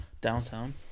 Downtown